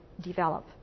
develop